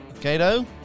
Cato